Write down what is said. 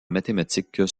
mathématiques